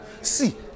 See